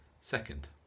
Second